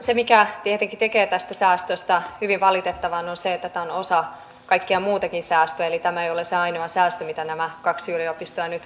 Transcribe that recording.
se mikä tietenkin tekee tästä säästöstä hyvin valitettavan on se että tämä on osa kaikkea muutakin säästöä eli tämä ei ole se ainoa säästö mikä näitä kahta yliopistoa nyt kohtaa